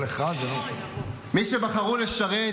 מי שבחרו לשרת,